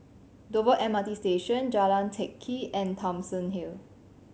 Dover M R T Station Jalan Teck Kee and Thomson Hill